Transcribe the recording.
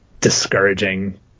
discouraging